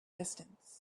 distance